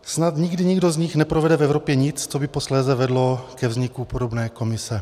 Snad nikdy nikdo z nich neprovede v Evropě nic, co by posléze vedlo ke vzniku podobné komise.